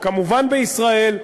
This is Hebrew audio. כמובן בישראל,